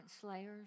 slayers